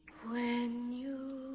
when you